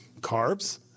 carbs